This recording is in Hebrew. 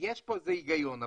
יש כאן איזה הגיון.